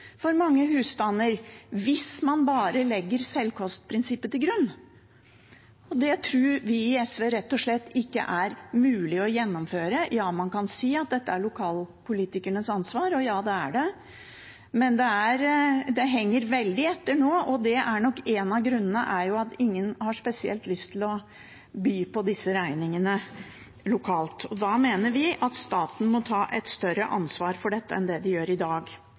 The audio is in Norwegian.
for mange husstander hvis man bare legger selvkostprinsippet til grunn. Det tror vi i SV rett og slett ikke er mulig å gjennomføre. Man kan si at dette er lokalpolitikeres ansvar, og ja, det er det, men det henger veldig etter nå, og en av grunnene er nok at ingen har spesielt lyst til å by på disse regningene lokalt. Da mener vi at staten må ta et større ansvar for dette enn det den gjør i dag.